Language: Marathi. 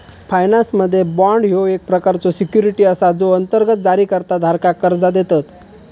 फायनान्समध्ये, बाँड ह्यो एक प्रकारचो सिक्युरिटी असा जो अंतर्गत जारीकर्ता धारकाक कर्जा देतत